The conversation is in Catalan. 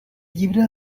llibre